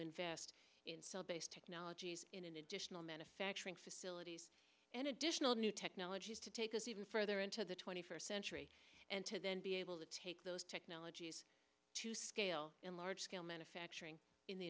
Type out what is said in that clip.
invest in cell based technologies in additional manufacturing facilities and additional new technologies to take us even further into the twenty first century and to then be able to take those technologies to scale in large scale manufacturing in the